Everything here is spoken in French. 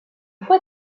fois